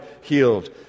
healed